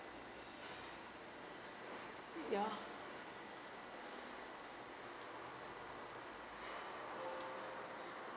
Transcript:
ya